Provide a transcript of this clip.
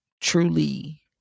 truly